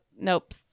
nope